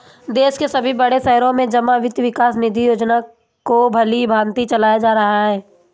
देश के सभी बड़े शहरों में जमा वित्त विकास निधि योजना को भलीभांति चलाया जा रहा है